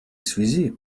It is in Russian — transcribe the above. связи